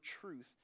truth